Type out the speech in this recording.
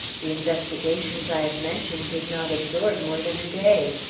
the investigations i have mentioned did not absorb more than a day.